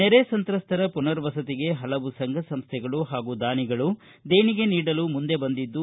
ನೆರೆ ಸಂತ್ರಸ್ತರ ಮನರ್ ವಸತಿಗೆ ಪಲವು ಸಂಘ ಸಂಸ್ಥೆಗಳು ಹಾಗೂ ದಾನಿಗಳು ದೇಣಿಗೆ ನೀಡಲು ಮುಂದೆ ಬಂದಿದ್ದು